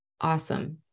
awesome